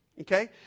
Okay